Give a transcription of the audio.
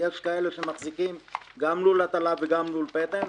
יש כאלה שמחזיקים גם לול הטלה וגם לול פטם,